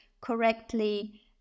correctly